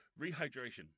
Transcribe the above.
rehydration